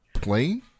plane